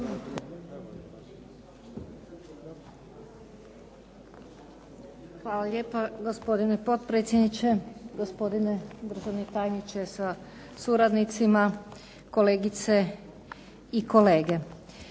Hvala lijepa, gospodine potpredsjedniče. Gospodine državni tajniče sa suradnicima. Kolegice i kolege.